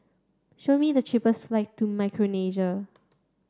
show me the cheapest flight to Micronesia